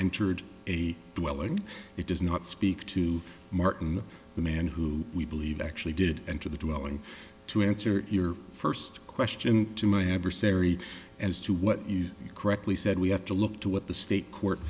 entered a dwelling it does not speak to martin the man who we believe actually did enter the dwelling to answer your first question to my adversary as to what you correctly said we have to look to what the state court